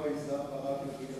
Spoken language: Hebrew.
בזקנים.